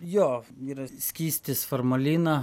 jo yra skystis formalina